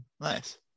nice